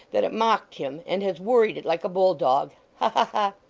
that it mocked him and has worried it like a bulldog. ha ha ha